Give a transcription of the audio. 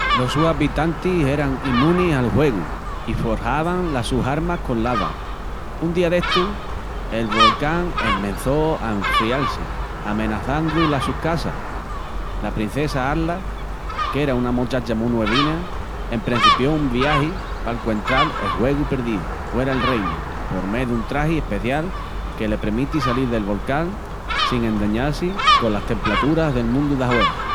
Los sus abitantis eran imunis al huegu i forjavan las sus armas con lava. Un día destus, el volcán esmençó a enfriar-si, amenazandu las sus casas. La princessa Arla, qu'era una mochacha mu nuevina, emprencipió un viagi p'alcuentral el huegu perdíu huera'l reinu por mé dun tragi especial que le premiti salil del volcán sin endañal-si colas templaturas del mundu d'ahuera.